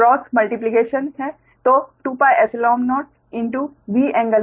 यह 20 cross multiplication